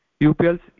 UPL's